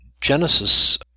Genesis